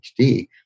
hd